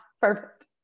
Perfect